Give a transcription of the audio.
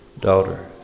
daughter